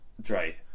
Dre